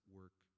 work